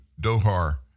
Doha